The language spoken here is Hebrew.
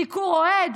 סיקור אוהד?